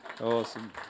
awesome